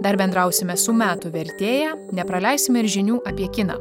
dar bendrausime su metų vertėja nepraleisime ir žinių apie kiną